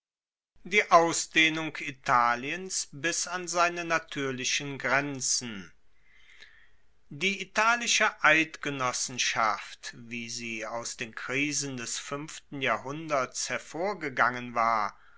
die ausdehnung italiens bis an seine natuerlichen grenzen die italische eidgenossenschaft wie sie aus den krisen des fuenften jahrhunderts hervorgegangen war